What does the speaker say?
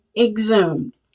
exhumed